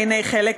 בעיני חלק,